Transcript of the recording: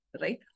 right